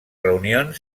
reunions